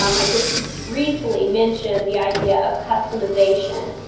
um i just briefly mentioned the idea of customization.